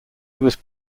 was